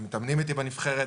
הם מתאמנים איתי בנבחרת,